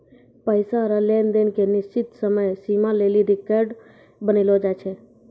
पैसा रो लेन देन के निश्चित समय सीमा लेली रेकर्ड बनैलो जाय छै